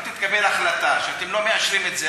אם תתקבל החלטה שאתם לא מאשרים את זה,